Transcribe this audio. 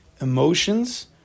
Emotions